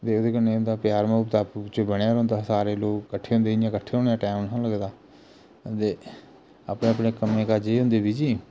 ते ओह्दे कन्नै एह् होंदा प्यार म्होब्बत आपूं बिच्चे बने दा रौंह्दा हा सारे लोग कट्ठे होंदे इ'यां कट्ठे होने दा टैम नेईं हा लगदा ते अपने अपने कम्में काजें च हुंदे बिजी